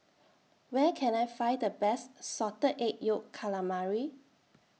Where Can I Find The Best Salted Egg Yolk Calamari